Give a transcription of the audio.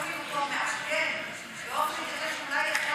יש לנו הזדמנות לפעול עם אותו מעגן באופן כזה שיכול להתיר